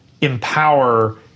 empower